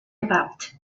about